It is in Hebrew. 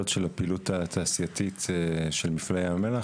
של הפעילות התעשייתית של מפעלי ים המלח,